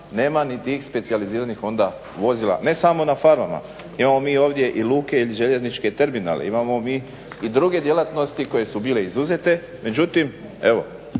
nema ni tih specijaliziranih onda vozila, ne samo na farmama. Imamo mi ovdje i luke ili željezničke terminale. Imamo mi i druge djelatnosti koje su bile izuzete, međutim, evo